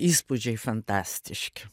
įspūdžiai fantastiški